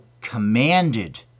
commanded